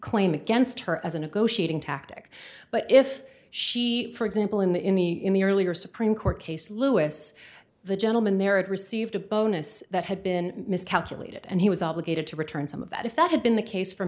claim against her as a negotiating tactic but if she for example in the in the in the earlier supreme court case lewis the gentleman there it received a bonus that had been miscalculated and he was obligated to return some of that if that had been the case for